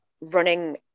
running